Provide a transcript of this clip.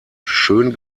schön